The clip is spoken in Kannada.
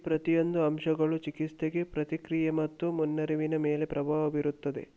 ಈ ಪ್ರತಿಯೊಂದು ಅಂಶಗಳು ಚಿಕಿತ್ಸೆಗೆ ಪ್ರತಿಕ್ರಿಯೆ ಮತ್ತು ಮುನ್ನರಿವಿನ ಮೇಲೆ ಪ್ರಭಾವ ಬೀರುತ್ತದೆ